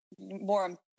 more